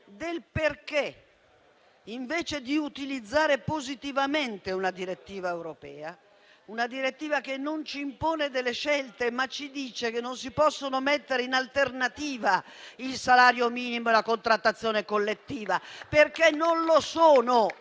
del perché non utilizzare positivamente una direttiva europea, che non ci impone delle scelte, ma ci dice che non si possono mettere in alternativa il salario minimo e la contrattazione collettiva: perché non lo sono